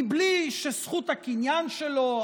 בלי שזכות הקניין שלו,